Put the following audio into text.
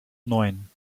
neun